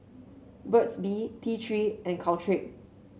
Burt's Bee T Three and Caltrate